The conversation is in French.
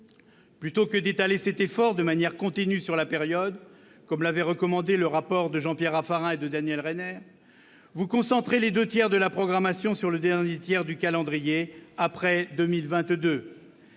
Plutôt que d'étaler cet effort de manière continue sur la période, comme l'avaient recommandé dans un rapport nos anciens collègues Jean-Pierre Raffarin et Daniel Reiner, vous concentrez les deux tiers de la programmation sur le dernier tiers du calendrier, après 2022.